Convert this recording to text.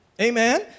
Amen